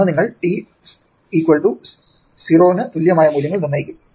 തുടർന്ന് നിങ്ങൾ t0 ന് തുല്യമായ മൂല്യങ്ങൾ നിർണ്ണയിക്കും